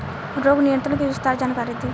रोग नियंत्रण के विस्तार जानकारी दी?